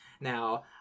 Now